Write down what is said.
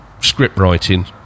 script-writing